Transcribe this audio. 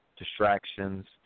distractions